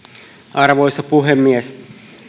arvoisa puhemies